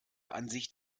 ansicht